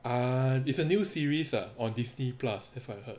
err it's a new series on disney plus that's what I heard